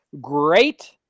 great